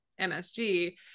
MSG